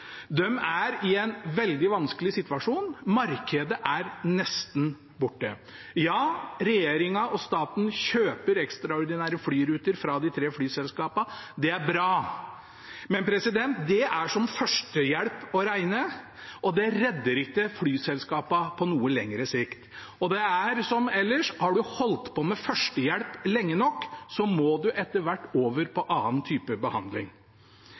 er i en veldig vanskelig situasjon. Markedet er nesten borte. Ja, regjeringen og staten kjøper ekstraordinære flyruter fra de tre flyselskapene. Det er bra. Men det er som førstehjelp å regne, og det redder ikke flyselskapene på noe lengre sikt. Og det er som ellers: Har en holdt på med førstehjelp lenge nok, må en etter hvert over på annen type behandling.